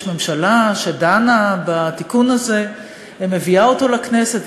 ממשלה שדנה בתיקון הזה ומביאה אותו לכנסת,